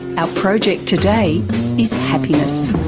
our project today is happiness.